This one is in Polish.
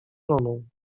żoną